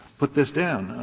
put this down,